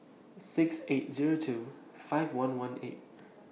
six eight Zero two five one one eight